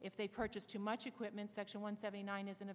if they purchase too much equipment section one seventy nine isn't